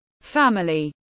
family